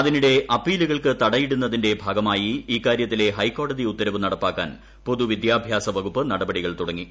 അതിനിടെ അപ്പീലുകൾക്ക് തടയിടുന്നതിന്റെ ഭാഗമായി ഇക്കാര്യത്തിലെ ഹൈക്കോടതി ഉത്തരവ് നടപ്പാക്കാൻ പൊതുവിദ്യാഭ്യാസവകുപ്പ് നടപടികൾ തുടങ്ങി